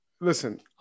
listen